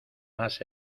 más